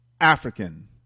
African